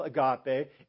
agape